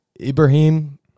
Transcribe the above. Ibrahim